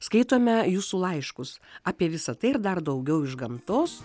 skaitome jūsų laiškus apie visa tai ir dar daugiau iš gamtos